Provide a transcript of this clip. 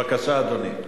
בבקשה, אדוני.